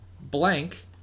Blank